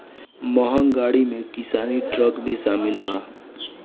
महँग गाड़ी में किसानी ट्रक भी शामिल बा